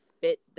fit